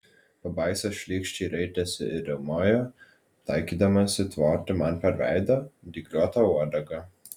pabaisa šlykščiai raitėsi ir riaumojo taikydamasi tvoti man per veidą dygliuota uodega